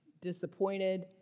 disappointed